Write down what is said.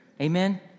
Amen